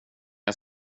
jag